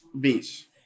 Beach